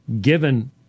given